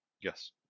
Yes